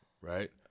right